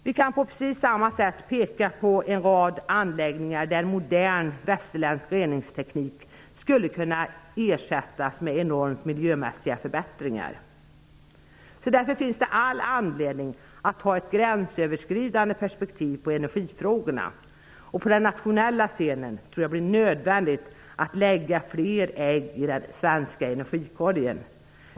Vi kan peka ut en rad anläggningar, där modern västerländsk reningsteknik skulle kunna sättas in med enorma miljömässiga förbättringar. Så det finns all anledning att ha ett gränsöverskridande perspektiv på energifrågorna. På den nationella scenen tror jag att det blir nödvändigt att lägga fler ägg i den svenska energikorgen.